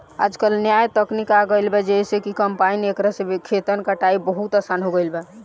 आजकल न्या तकनीक आ गईल बा जेइसे कि कंपाइन एकरा से खेतन के कटाई बहुत आसान हो गईल बा